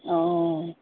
অঁ